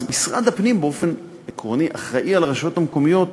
אז משרד הפנים באופן עקרוני אחראי לרשויות המקומיות,